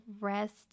rest